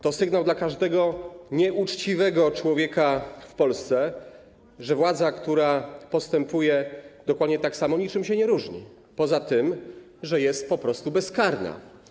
To sygnał dla każdego nieuczciwego człowieka w Polsce, że władza, która postępuje dokładnie tak samo, niczym się nie różni, tylko że jest po prostu bezkarna.